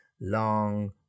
long